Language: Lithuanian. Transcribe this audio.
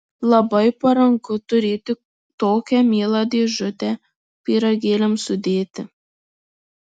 labai paranku turėti tokią mielą dėžutę pyragėliams sudėti